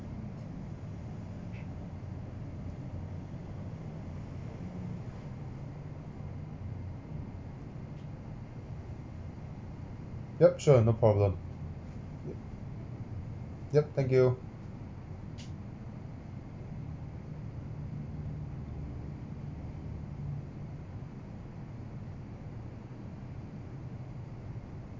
yup sure no problem yup thank you